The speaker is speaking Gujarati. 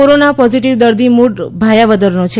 કોરોના પોઝીટીવ દર્દી મૂળ ભાયાવદરનો છે